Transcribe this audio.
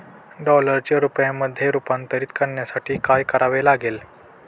डॉलरचे रुपयामध्ये रूपांतर करण्यासाठी काय करावे लागेल?